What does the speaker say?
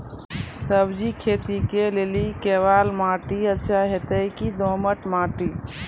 सब्जी खेती के लेली केवाल माटी अच्छा होते की दोमट माटी?